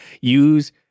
use